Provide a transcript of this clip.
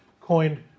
Coined